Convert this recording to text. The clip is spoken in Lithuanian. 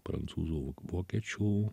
prancūzų vokiečių